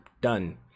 done